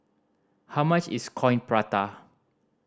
how much is Coin Prata